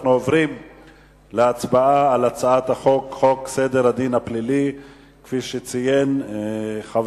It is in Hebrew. אנחנו עוברים להצבעה על הצעת חוק סדר הדין הפלילי (תיקון מס'